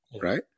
right